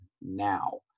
now